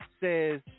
says